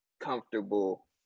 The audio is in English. comfortable